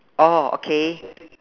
oh okay